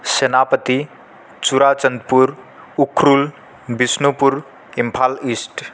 सेनापतिः चुराचन्द्पुर् उक्रूल् बिष्णुपुर् इम्फाल् ईष्ट्